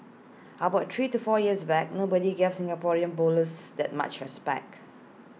how about three to four years back nobody gave Singaporean bowlers that much has back